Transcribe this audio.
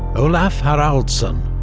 olaf haraldsson,